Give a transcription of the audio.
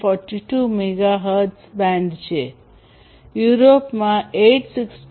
42 megahertz band છે યુરોપમાં તે 868